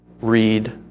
read